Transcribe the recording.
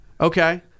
Okay